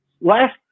last